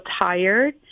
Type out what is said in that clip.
tired